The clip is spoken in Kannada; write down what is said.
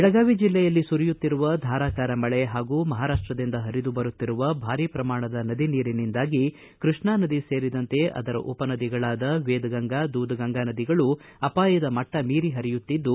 ಬೆಳಗಾವಿ ಬೆಲ್ಲೆಯಲ್ಲಿ ಸುರಿಯುತ್ತಿರುವ ಧಾರಾಕಾರ ಮಳೆ ಹಾಗೂ ಮಹಾರಾಪ್ಪದಿಂದ ಹರಿದುಬರುತ್ತಿರುವ ಭಾರೀ ಪ್ರಮಾಣದ ನದಿ ನೀರಿನಿಂದಾಗಿ ಕೃಷ್ಣಾ ನದಿ ಸೇರಿದಂತೆ ಅದರ ಉಪ ನದಿಗಳಾದ ವೇದಗಂಗಾ ದೂದಗಂಗಾ ನದಿಗಳು ಅಪಾಯದ ಮಟ್ಟ ಮೀರಿ ಹರಿಯುತ್ತಿದ್ದು